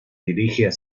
dirige